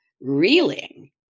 reeling